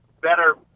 better